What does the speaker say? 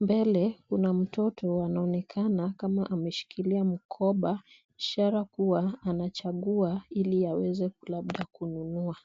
mbele kuna mtoto wanaonekana kama ameshikilia mkoba ishara kuwa anachagua ili yaweze labda kununua.